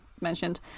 mentioned